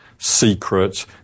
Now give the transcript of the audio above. secret